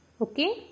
Okay